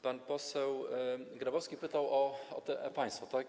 Pan poseł Grabowski pytał o e-państwo, tak?